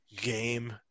Game